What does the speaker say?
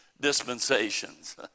dispensations